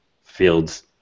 fields